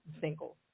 single